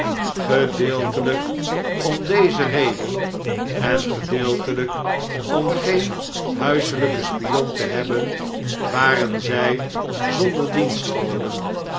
gedeeltelyk om deze reden en gedeelteiyk om geen huiselijken spion te hebben waren zy zonder